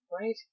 Right